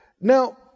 Now